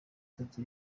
itatu